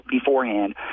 beforehand